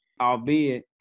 Albeit